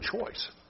choice